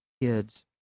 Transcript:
kids